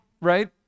right